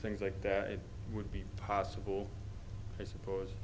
things like that it would be possible i suppose